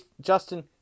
Justin